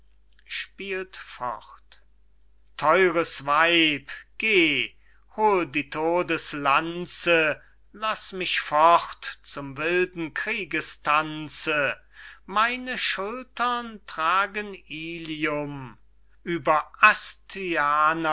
theures weib geh hol die todeslanze laß mich fort zum wilden kriegestanze meine schultern tragen ilium ueber